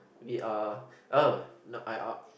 we are oh not I are